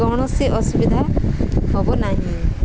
କୌଣସି ଅସୁବିଧା ହବ ନାହିଁ